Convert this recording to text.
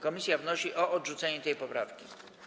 Komisja wnosi o odrzucenie tej poprawki.